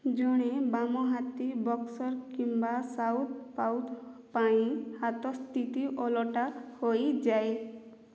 ଜଣେ ବାମହାତୀ ବକ୍ସର୍ କିମ୍ବା ସାଉଥ୍ ପାଇଁ ହାତ ସ୍ଥିତି ଓଲଟା ହୋଇଯାଏ